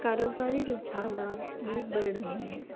کاروباری رجحانات بھی بڑھ رہے ہیں